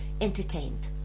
entertained